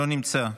לא נמצא,